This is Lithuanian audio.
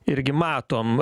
irgi matom